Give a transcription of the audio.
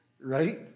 right